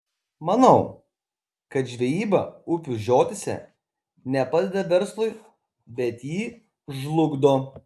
manau kad žvejyba upių žiotyse ne padeda verslui bet jį žlugdo